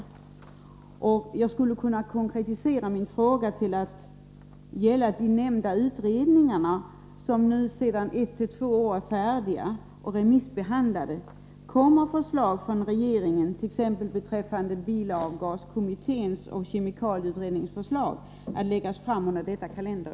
Och jag skulle kunna konkretisera min fråga till att gälla de nämnda utredningarna, som nu AS Ra 3 Om gemensamma sedan ett eller två år är färdiga och remissbehandlade. Kommer förslag från — nordiska åtgärder regeringen på basis av t.ex. bilavgaskommitténs och kemikommissionens motlluftföroreningbetänkanden att läggas fram under detta kalenderår?